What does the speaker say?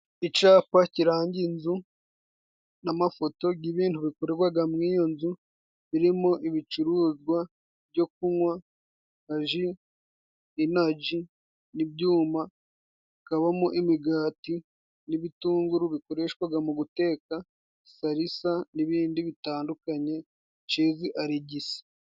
Icapa kiranga inzu n'amafoto g'ibintu bikoregwaga mu iyo nzu, birimo ibicuruzwa byo kunywa nka ji, inaji n'ibyuma, bikabamo imigati n'ibitunguru bikoreshwaga mu guteka, salisa n'ibindi bitandukanye shezi Alegisi.